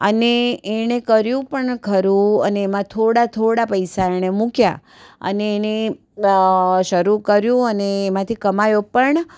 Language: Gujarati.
અને એણે કર્યું પણ ખરું અને એમાં થોડા થોડા પૈસા એણે મુક્યા અને એને શરૂ કર્યું અને એમાંથી કમાયો પણ